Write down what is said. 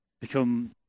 become